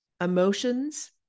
emotions